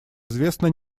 известно